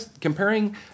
comparing